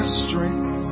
strength